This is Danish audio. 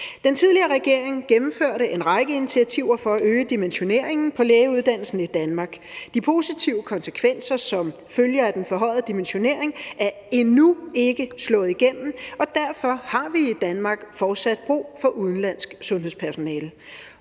Den tidligere regering gennemførte en række initiativer for at øge dimensioneringen på lægeuddannelsen i Danmark. De positive konsekvenser, som følger af den forhøjede dimensionering, er endnu ikke slået igennem, og derfor har vi i Danmark fortsat brug for udenlandsk sundhedspersonale.